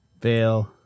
Fail